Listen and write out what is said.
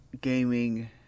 gaming